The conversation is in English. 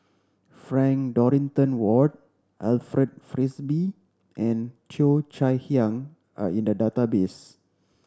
Frank Dorrington Ward Alfred Frisby and Cheo Chai Hiang are in the database